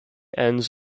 ends